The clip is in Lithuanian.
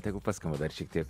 tegu paskamba dar šiek tiek